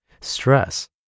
stress